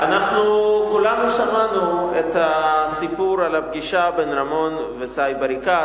אנחנו כולנו שמענו את הסיפור על הפגישה בין רמון וסאיב עריקאת,